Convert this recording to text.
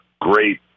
great